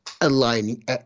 aligning